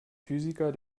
physiker